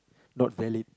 not valid